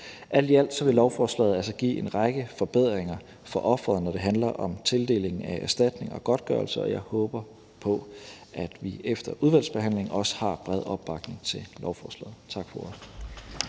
Alt i alt vil lovforslaget altså give en række forbedringer for offeret, når det handler om tildeling af erstatning og godtgørelse, og jeg håber på, at vi også efter udvalgsbehandlingen har bred opbakning til lovforslaget. Tak for